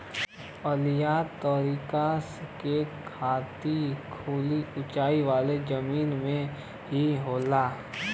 ओलियोतिरिस क खेती खाली ऊंचाई वाले जमीन में ही होला